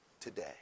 today